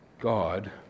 God